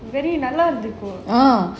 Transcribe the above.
நல்லா இருந்துருக்கும்:nallaa irunthurukum